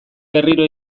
berriro